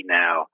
now